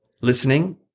listening